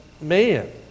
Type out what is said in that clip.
man